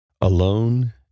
alone